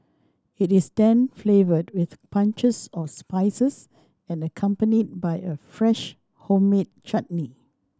it is then flavoured with punches of spices and accompanied by a fresh homemade chutney